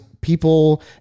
people